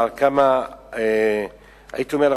הייתי אומר,